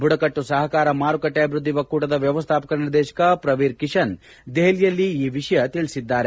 ಬುಡಕಟ್ಟು ಸಹಕಾರ ಮಾರಕಟ್ಟೆ ಅಭಿವೃದ್ದಿ ಒಕ್ಕೂಟದ ವ್ಲವಸ್ಥಾಪಕ ನಿರ್ದೇಶಕ ಪ್ರವೀರ್ ಕಿಶನ್ ದೆಹಲಿಯಲ್ಲಿ ಈ ವಿಷಯ ತಿಳಿಸಿದ್ದಾರೆ